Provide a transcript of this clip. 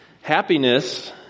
Happiness